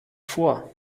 vor